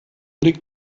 liegt